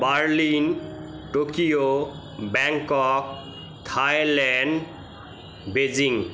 Berlin Tokyo Bangkok Thailand Beijing